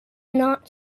not